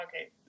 Okay